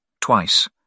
twice